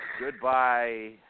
goodbye